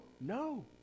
No